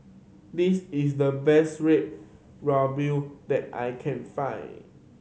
this is the best Red Ruby that I can find